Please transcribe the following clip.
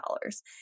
dollars